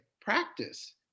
practice